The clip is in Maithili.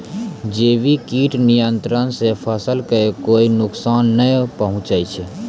जैविक कीट नियंत्रण सॅ फसल कॅ कोय नुकसान नाय पहुँचै छै